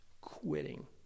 Quitting